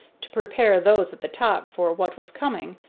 to prepare those at the top for what was coming,